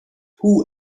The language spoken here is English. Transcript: who